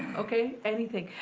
okay, anything.